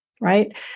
right